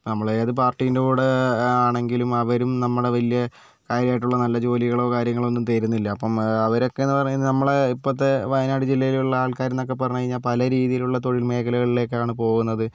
നമ്മൾ ഏത് പാർട്ടീന്റെ കൂടെ ആണെങ്കിലും അവരും നമ്മുടെ വലിയ കാര്യമായിട്ടുള്ള നല്ല ജോലികളോ കാര്യങ്ങളോ ഒന്നും തരുന്നില്ല അപ്പോൾ അവരൊക്കെന്ന് പറയുന്നത് നമ്മളെ ഇപ്പോഴത്തെ വയനാട് ജില്ലയിലുള്ള ആൾക്കാരന്നൊക്കെ പറഞ്ഞു കഴിഞ്ഞാൽ പല രീതിയിലുള്ള തൊഴിൽ മേഖലകളിലേക്കാണ് പോകുന്നത്